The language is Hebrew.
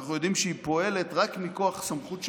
אנחנו יודעים שהיא פועלת רק מכוח סמכות שבדין,